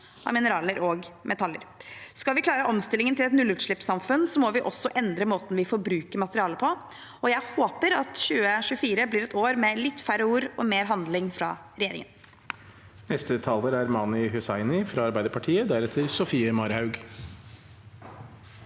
av mineraler og metaller. Skal vi klare omstillingen til et nullutslippssamfunn, må vi også endre måten vi forbruker materialer på, og jeg håper at 2024 blir et år med litt færre ord og mer handling fra regjeringen. Mani Hussaini (A) Arbeiderpartiet og Senterpartiet